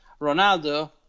Ronaldo